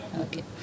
Okay